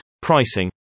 Pricing